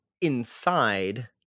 inside